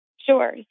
Sure